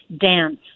dance